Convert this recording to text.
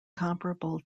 comparable